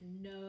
no